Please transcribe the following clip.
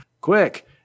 quick